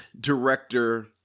director